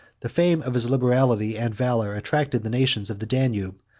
the fame of his liberality and valor attracted the nations of the danube,